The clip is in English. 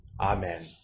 Amen